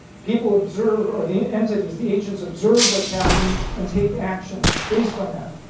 people observe or the entities, the agents observe what's happening and take action based on that.